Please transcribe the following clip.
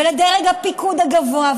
בדרג הפיקוד הגבוה,